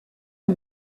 est